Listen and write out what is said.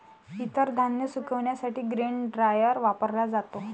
इतर धान्य सुकविण्यासाठी ग्रेन ड्रायर वापरला जातो